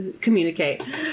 communicate